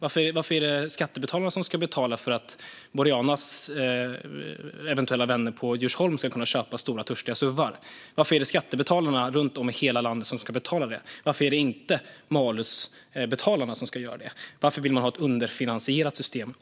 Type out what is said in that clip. Varför är det skattebetalarna som ska betala för att Borianas eventuella vänner i Djursholm ska kunna köpa stora, törstiga suvar? Varför är det skattebetalarna runt om i hela landet som ska betala för det? Varför är det inte malusbetalarna som ska göra det? Varför vill man ha ett underfinansierat system?